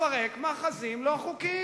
לפרק מאחזים לא חוקיים.